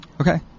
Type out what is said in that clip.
Okay